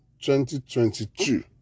2022